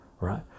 right